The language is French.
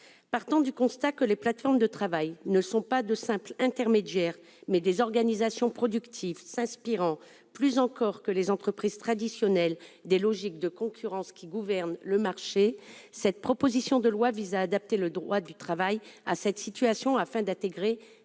Issue du constat que les plateformes de travail sont non pas de simples intermédiaires, mais des organisations productives s'inspirant, plus encore que les entreprises traditionnelles, des logiques de concurrence qui gouvernent le marché, cette proposition de loi tend à adapter le droit du travail à cette situation, afin d'intégrer